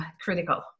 critical